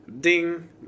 Ding